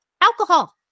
Alcohol